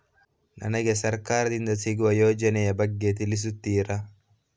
ನನಗೆ ಸರ್ಕಾರ ದಿಂದ ಸಿಗುವ ಯೋಜನೆ ಯ ಬಗ್ಗೆ ತಿಳಿಸುತ್ತೀರಾ?